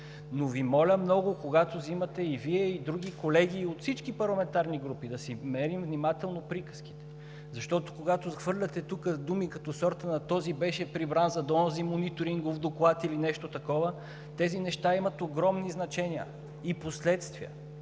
Но много Ви моля: когато вземате думата – и Вие, и други колеги от всички парламентарни групи, да си мерим внимателно приказките. Защото, когато тук хвърляте думи от сорта на „този беше прибран за онзи мониторингов доклад“ или нещо такова, тези неща имат огромно значение и последствия.